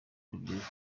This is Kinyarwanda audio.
urubyiruko